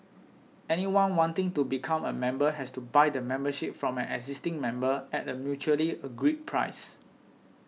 anyone wanting to become a member has to buy the membership from an existing member at a mutually agreed price